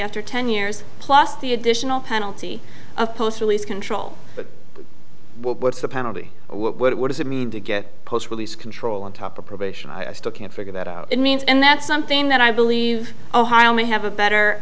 after ten years plus the additional penalty of post release control but what's the penalty what does it mean to get post release control on top of probation i still can't figure that out it means and that's something that i believe ohio may have a better